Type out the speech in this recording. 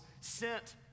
sent